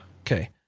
Okay